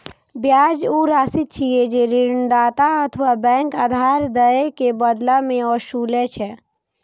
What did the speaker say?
ब्याज ऊ राशि छियै, जे ऋणदाता अथवा बैंक उधार दए के बदला मे ओसूलै छै